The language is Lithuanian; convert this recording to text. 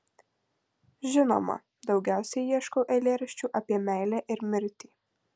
žinoma daugiausiai ieškau eilėraščių apie meilę ir mirtį